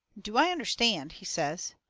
do i understand, he says,